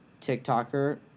TikToker